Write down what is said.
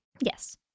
Yes